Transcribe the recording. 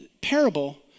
parable